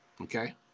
okay